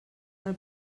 del